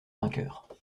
vainqueur